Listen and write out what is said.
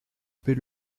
paie